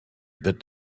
bit